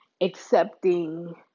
accepting